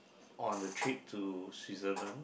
on the trip to Switzerland